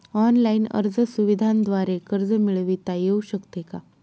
Online अर्ज सुविधांद्वारे कर्ज मिळविता येऊ शकते का?